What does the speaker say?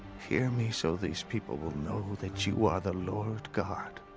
hear me so these people will know that you are the lord god,